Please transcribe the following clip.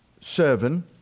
seven